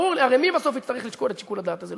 הרי מי בסוף יצטרך לשקול את שיקול הדעת הזה?